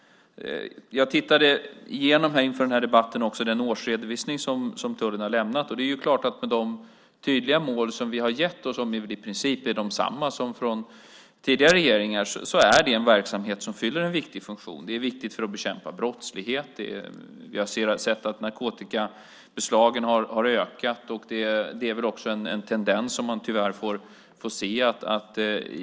Jag tittade inför debatten igenom den årsredovisning som tullen har lämnat. Det är klart att med de tydliga mål som vi har gett och som i princip är desamma som under tidigare regeringar är det en verksamhet som fyller en viktig funktion. Den är viktig för att bekämpa brottslighet. Narkotikabeslagen har ökat. Det är en tendens som man tyvärr får se.